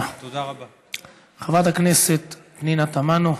חברת הכנסת פנינה תמנו.